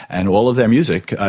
and all of their music.